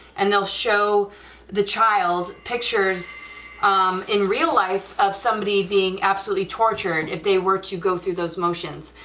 and they'll show the child pictures in real life of somebody being absolutely tortured if they were to go through those motions,